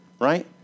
right